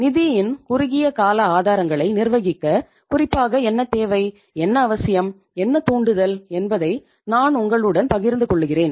நிதியின் குறுகிய கால ஆதாரங்களை நிர்வகிக்க குறிப்பாக என்ன தேவை என்ன அவசியம் என்ன தூண்டுதல் என்பதை நான் உங்களுடன் பகிர்ந்து கொள்கிறேன்